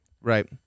Right